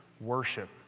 worship